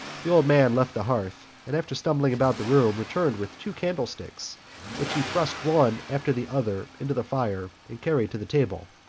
the old man left the hearth and, after stumbling about the room returned with two candlesticks which he thrust one after the other into the fire and carried to the table.